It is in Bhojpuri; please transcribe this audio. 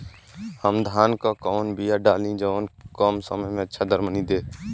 हम धान क कवन बिया डाली जवन कम समय में अच्छा दरमनी दे?